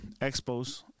expos